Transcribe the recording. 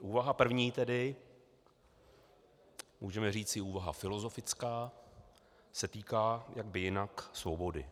Úvaha první tedy, můžeme říci úvaha filozofická, se týká, jak by jinak, svobody.